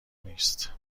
نیست